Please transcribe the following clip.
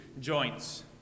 joints